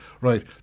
Right